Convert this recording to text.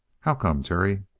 how come, terry?